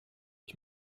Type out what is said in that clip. ich